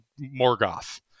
Morgoth